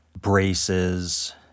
braces